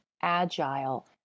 agile